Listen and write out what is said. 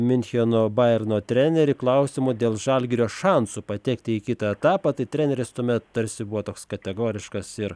miuncheno bajerno trenerį klausimu dėl žalgirio šansų patekti į kitą etapą tai treneris tuomet tarsi buvo toks kategoriškas ir